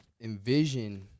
envision